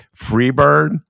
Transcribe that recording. Freebird